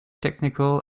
technical